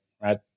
right